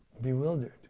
bewildered